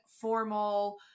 formal